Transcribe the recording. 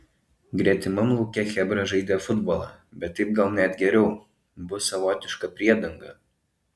gretimam lauke chebra žaidė futbolą bet taip gal net geriau bus savotiška priedanga